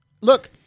Look